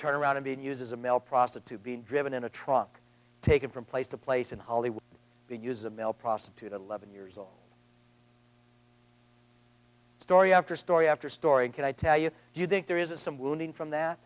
turn around and being used as a male prostitute being driven in a truck taken from place to place in hollywood the use of male prostitute eleven years old story after story after story can i tell you do you think there is some wounding from that